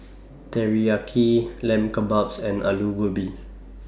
Teriyaki Lamb Kebabs and Alu Gobi